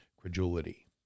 credulity